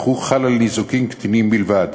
אך הוא חל על ניזוקים קטינים בלבד.